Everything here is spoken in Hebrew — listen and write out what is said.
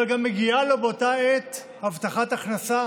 אבל גם מגיעה לו באותה עת הבטחת הכנסה,